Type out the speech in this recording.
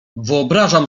wyobrażam